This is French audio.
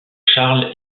charles